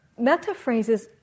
metaphrases